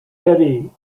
eddie